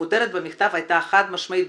הכותרת במכתב הייתה חד משמעית,